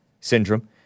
syndrome